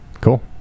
Cool